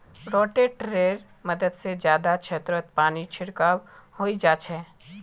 रोटेटरैर मदद से जादा क्षेत्रत पानीर छिड़काव हैंय जाच्छे